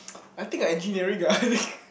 I think I engineering ah